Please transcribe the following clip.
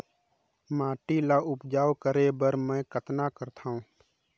माटी ल उपजाऊ करे बर मै कतना करथव?